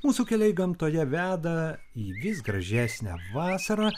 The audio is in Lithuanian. mūsų keliai gamtoje veda į vis gražesnę vasarą